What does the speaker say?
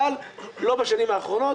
אבל לא בשנים האחרונות.